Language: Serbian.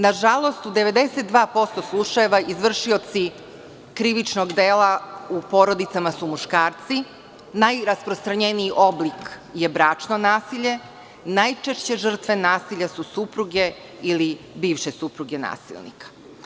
Nažalost u 92% slučajeva izvršioci krivičnog dela u porodicama su muškarci, najrasprostranjeniji oblik je bračno nasilje, najčešće žrtve nasilja su supruge ili bivše supruge nasilnika.